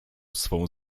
swą